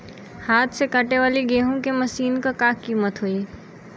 हाथ से कांटेवाली गेहूँ के मशीन क का कीमत होई?